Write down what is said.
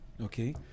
okay